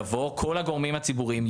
יבואו כל הגורמים הציבוריים,